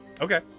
Okay